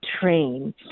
train